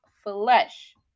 flesh